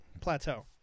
plateau